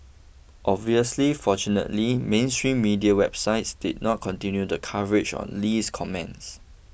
obviously fortunately mainstream media websites did not continue the coverage on Lee's comments